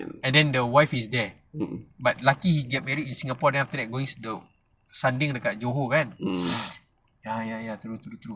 and then the wife is there but lucky he get married in singapore then after that go sanding dekat johor kan ya ya ya true true true true